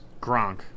Gronk